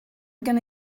gonna